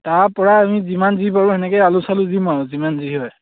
তাৰ পৰা আমি যিমান যি পাৰোঁ তেনেকৈ আলু চালু দিম আৰু যিমান যি হয়